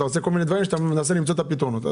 אתה מנסה למצוא את הפתרונות.